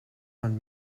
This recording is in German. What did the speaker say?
man